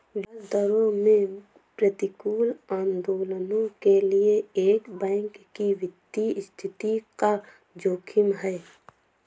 ब्याज दरों में प्रतिकूल आंदोलनों के लिए एक बैंक की वित्तीय स्थिति का जोखिम है